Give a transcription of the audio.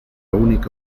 única